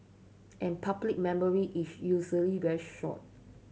and public memory is usually very short